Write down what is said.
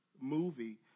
movie